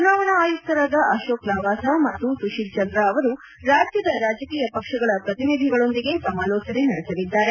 ಚುನಾವಣಾ ಆಯುಕ್ತರಾದ ಅಶೋಕ್ ಲವಾಸ ಮತ್ತು ಸುಶೀಲ್ಚಂದ ಅವರು ರಾಜ್ಯದ ರಾಜಕೀಯ ಪಕ್ಷಗಳ ಪ್ರತಿನಿಧಿಗಳೊಂದಿಗೆ ಸಮಾಲೋಚನೆ ನಡೆಸಲಿದ್ದಾರೆ